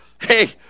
Hey